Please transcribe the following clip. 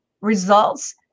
results